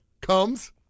comes